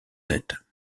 tête